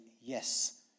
yes